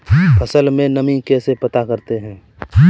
फसल में नमी कैसे पता करते हैं?